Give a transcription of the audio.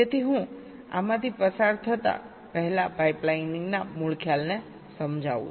તેથી હું આમાંથી પસાર થતા પહેલા પાઇપલાઇનિંગ ના મૂળ ખ્યાલને સમજાવું છું